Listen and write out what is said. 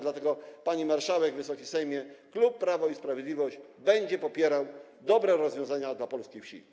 Dlatego, pani marszałek, Wysoki Sejmie, klub Prawo i Sprawiedliwość będzie popierał dobre rozwiązania dla polskiej wsi.